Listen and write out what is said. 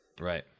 Right